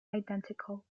identical